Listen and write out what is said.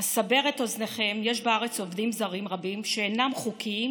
אסבר את אוזנכם: יש בארץ עובדים זרים רבים שאינם חוקיים